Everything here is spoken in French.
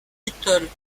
little